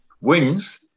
wins